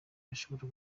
yashobora